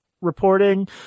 reporting